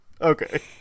Okay